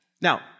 Now